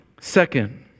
second